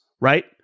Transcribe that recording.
right